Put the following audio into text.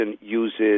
uses